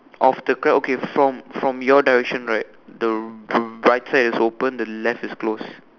of the crab okay from from your direction right the the right side is open the left is closed